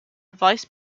vice